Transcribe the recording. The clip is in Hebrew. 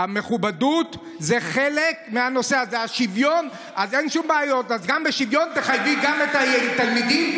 המכובדות זה חלק מהנושא, זה השוויון, מה זה קשור?